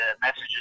messages